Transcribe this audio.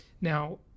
Now